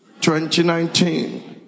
2019